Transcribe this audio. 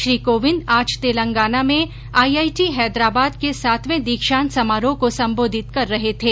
श्री कोविन्द तेलंगाना में आज आईआईटी हैदराबाद के सातवें दीक्षांत समारोह को संबोधित कर रहे थे